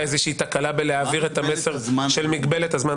איזושהי תקלה בהעברת המסר של מגבלת הזמן